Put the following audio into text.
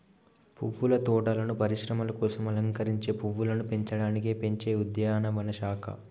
పువ్వుల తోటలను పరిశ్రమల కోసం అలంకరించే పువ్వులను పెంచడానికి పెంచే ఉద్యానవన శాఖ